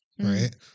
Right